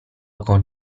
con